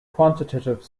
quantitative